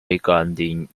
regarding